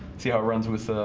see ah it runs with